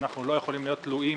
אנחנו לא יכולים להיות תלויים